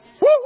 woo